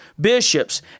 bishops